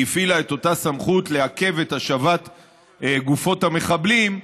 הפעילה את אותה סמכות לעכב את השבת גופות המחבלים,